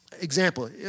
Example